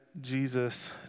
Jesus